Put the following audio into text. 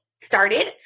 started